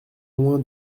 loin